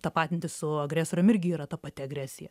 tapatintis su agresorium irgi yra ta pati agresija